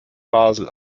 basel